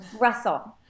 russell